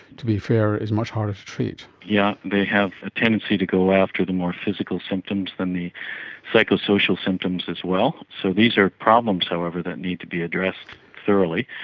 to be fair, is much harder to treat. yes, yeah they have a tendency to go after the more physical symptoms than the psychosocial symptoms as well. so these are problems, however, that need to be addressed thoroughly,